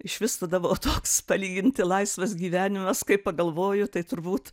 išvis tada buvo toks palyginti laisvas gyvenimas kai pagalvoju tai turbūt